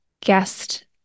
guest